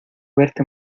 verte